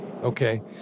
Okay